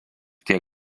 tiek